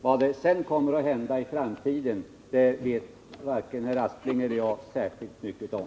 Vad som sedan kommer att hända i framtiden vet varken Sven Aspling eller jag särskilt mycket om.